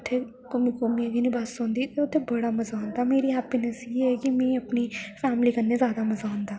उत्थै घुमी घुमी गै नी बस होंदी ते उत्थै बड़ा मजा आंदा मेरी हैपिनैस इ'यै ऐ कि मी अपनी फैमली कन्नै ज्यादा मजा आंदा